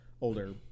older